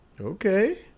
Okay